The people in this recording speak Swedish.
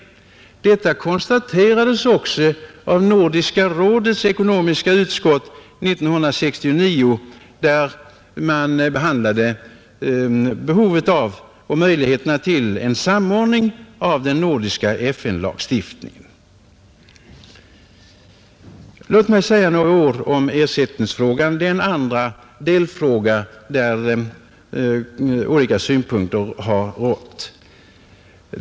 Detta konstaterades också av Nordiska rådets ekonomiska utskott 1969, då man behandlade behovet av och möjligheterna till en samordning av den nordiska FN-lagstiftningen. Låt mig säga några ord om ersättningsfrågan — den andra delfråga där olika synpunkter har rått.